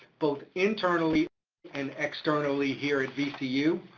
both internally and externally here at vcu,